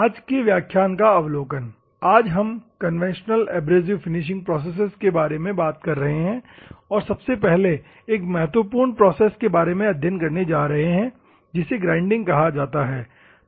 आज की व्याख्यान का अवलोकन आज हम कन्वेंशनल एब्रेसिव फिनिशिंग प्रोसेसेज के बारे में बात कर रहे हैं और सबसे पहले एक महत्वपूर्ण प्रोसेस के बारे में अध्ययन करने जा रहे हैं जिसे ग्राइंडिंग कहा जाता है